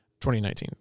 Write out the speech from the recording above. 2019